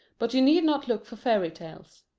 but you need not look for fairy-tales.